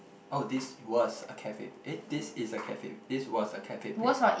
oh this was a cafe eh this is a cafe this was a cafe place